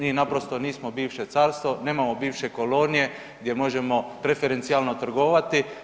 Mi naprosto nismo bivše carstvo, nemamo bivše kolonije gdje možemo preferencijalno trgovati.